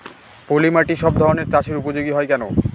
পলিমাটি সব ধরনের চাষের উপযোগী হয় কেন?